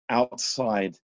outside